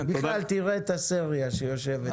תראה את הסריה שיושבת כאן.